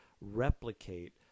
replicate